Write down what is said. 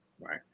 Right